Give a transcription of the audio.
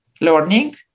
learning